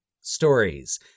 stories